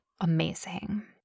amazing